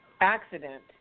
accident